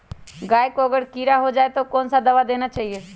गाय को अगर कीड़ा हो जाय तो कौन सा दवा देना चाहिए?